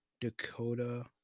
Dakota